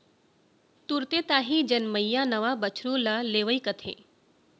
तुरते ताही जनमइया नवा बछरू ल लेवई कथें